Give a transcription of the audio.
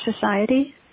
society